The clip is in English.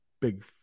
big